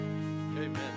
Amen